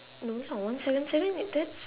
no lah one seven seven that's